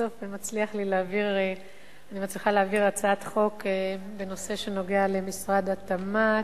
סוף-סוף אני מצליחה להעביר הצעת חוק בנושא שנוגע למשרד התמ"ת.